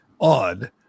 odd